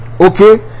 okay